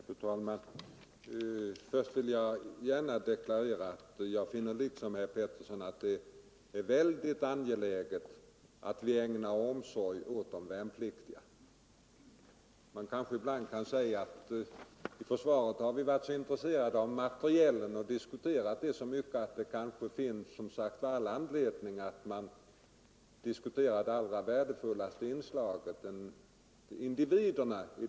Fru talman! Först vill jag gärna deklarera att jag liksom herr Petersson i Röstånga finner det väldigt angeläget att ägna omsorg åt de värnpliktiga. Man kan kanske säga att vi inom försvaret har varit så intresserade av materielen och diskuterat den frågan så mycket att det finns all anledning - Nr 122 att diskutera det allra värdefullaste i sammanhanget — individerna.